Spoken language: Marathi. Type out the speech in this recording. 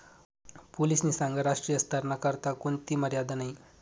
पोलीसनी सांगं राष्ट्रीय स्तरना करता कोणथी मर्यादा नयी